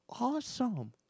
awesome